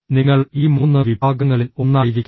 നിങ്ങൾ ഈ മൂന്ന് വിഭാഗങ്ങളിൽ ഒന്നായിരിക്കാം